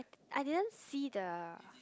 I didn't see the